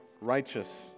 righteous